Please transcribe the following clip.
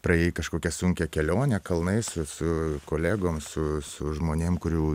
praėjai kažkokią sunkią kelionę kalnais su kolegom su su žmonėm kurių